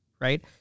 right